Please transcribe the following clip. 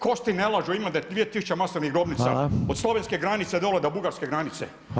Kosti ne lažu, imate 2000 masovnih grobnica od slovenske granice dole do bugarske granice.